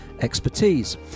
expertise